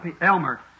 Elmer